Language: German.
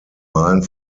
malen